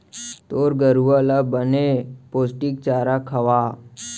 तोर गरूवा ल बने पोस्टिक चारा खवा